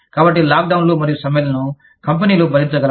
కాబట్టిలాక్డౌన్లు మరియు సమ్మెలను కంపెనీలు భరించగలవు